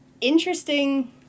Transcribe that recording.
interesting